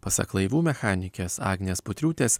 pasak laivų mechanikės agnės putriūtės